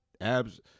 Abs